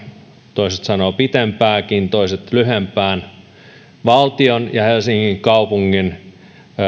toiset sanovat pitempäänkin toiset lyhempään jatkuneesta valtion ja helsingin kaupungin